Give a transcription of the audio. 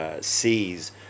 sees